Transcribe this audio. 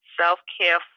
self-care